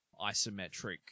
isometric